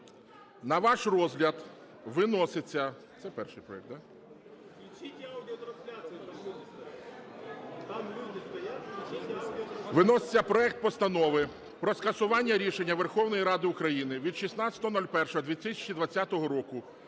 на ваш розгляд виноситься проект Постанови про скасування рішення Верховної Ради України від 16.01.2020 року